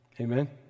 amen